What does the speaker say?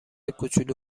کوچول